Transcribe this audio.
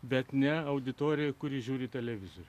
bet ne auditoriją kuri žiūri televizorių